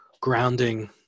grounding